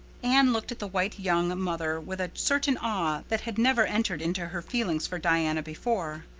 anne looked at the white young mother with a certain awe that had never entered into her feelings for diana before.